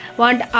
want